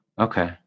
Okay